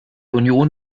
union